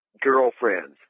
Girlfriends